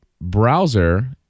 browser